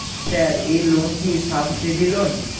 Sir এই loan কি subsidy loan?